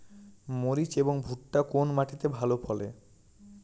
মরিচ এবং ভুট্টা কোন মাটি তে ভালো ফলে?